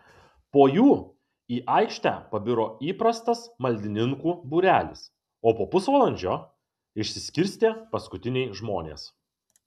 po jų į aikštę pabiro įprastas maldininkų būrelis o po pusvalandžio išsiskirstė paskutiniai žmonės